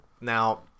Now